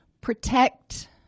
protect